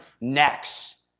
next